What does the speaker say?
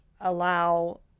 allow